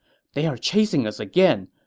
they are chasing us again.